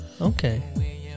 Okay